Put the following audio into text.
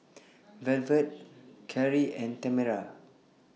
Velvet Carri and Tamera